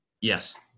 Yes